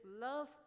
love